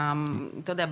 אתה יודע,